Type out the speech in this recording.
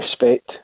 respect